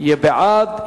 יהיה בעד.